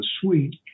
suite